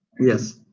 Yes